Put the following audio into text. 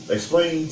Explain